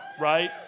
Right